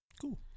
Cool